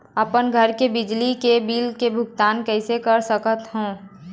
अपन घर के बिजली के बिल के भुगतान कैसे कर सकत हव?